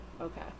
okay